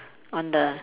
on the